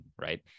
right